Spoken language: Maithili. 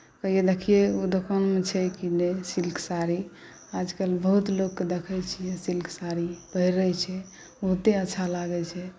कहियै देखियै ओ दोकानमे छै कि नहि सिल्क साड़ी आजकल बहुत लोककेँ देखैत छियै सिल्क साड़ी पहिरैत छै बहुते अच्छा लागैत छै